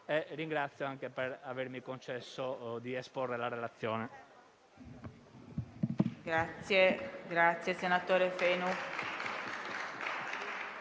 Ringrazio anche per avermi concesso di esporre la relazione.